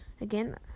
Again